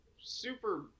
super